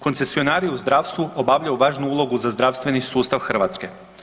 Koncesionari u zdravstvu obavljaju važnu ulogu za zdravstveni sustav Hrvatske.